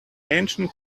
ancient